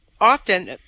Often